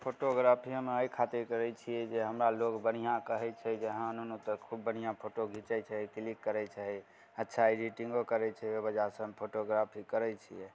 photography एहि खातिर करैत छियै जे हमरा लोग बढ़िआँ कहैत छै जे हाँ नुनू तऽ खुब बढ़िआँ फोटो घीचैत छही क्लिक करैत छही अच्छा एडीटिंगो करैत छै ओहि बजह से फोटोग्राफी करैत छियै